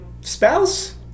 spouse